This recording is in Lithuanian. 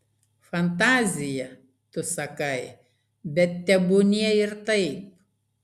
fantazija tu sakai bet tebūnie ir taip